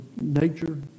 nature